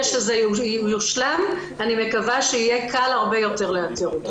שזה יושלם יהיה הרבה יותר קל לאתר אותו.